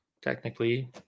technically